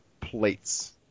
plates